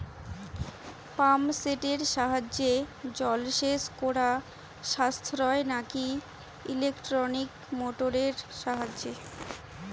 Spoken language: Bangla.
পাম্প সেটের সাহায্যে জলসেচ করা সাশ্রয় নাকি ইলেকট্রনিক মোটরের সাহায্যে?